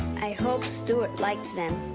i hope stewart likes them.